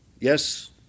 Yes